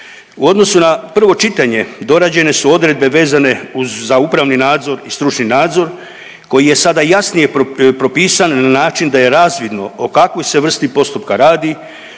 U odnosu na prvo čitanje dorađene su odredbe vezene za upravni nadzor i stručni nadzor koji je sada jasnije propisan na način da je razvidno o kakvoj se vrsti postupka radi,